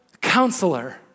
counselor